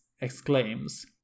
exclaims